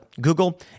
Google